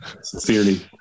sincerely